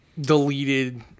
deleted